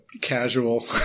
casual